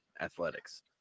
athletics